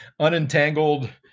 unentangled